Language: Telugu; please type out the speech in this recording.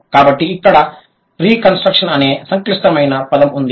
కాబట్టి ఇక్కడ రికన్స్ట్రక్షన్ అనే సంక్లిష్టమైన పదం ఉంది